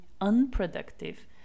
unproductive